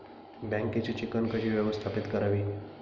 बँकेची चिकण कशी व्यवस्थापित करावी?